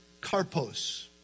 karpos